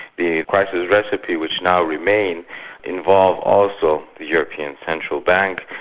the crisis recipes which now remain involve also the european central bank,